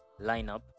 lineup